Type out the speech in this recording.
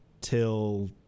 till